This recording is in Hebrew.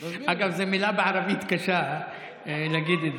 אגב, זו מילה בערבית שקשה להגיד.